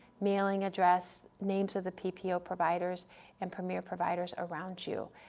mailing address, names of the ppo ppo providers and premier providers around you.